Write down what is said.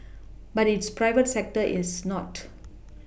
but its private sector is not